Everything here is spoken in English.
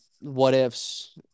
what-ifs